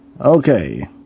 Okay